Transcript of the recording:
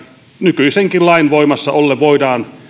nykyisenkin lain voimassa ollen voidaan